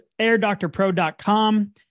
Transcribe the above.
airdoctorpro.com